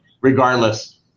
regardless